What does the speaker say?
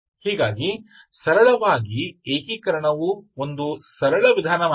ಹೀಗಾಗಿ ಸರಳವಾಗಿ ಏಕೀಕರಣವು ಒಂದು ಸರಳ ವಿಧಾನವಾಗಿದೆ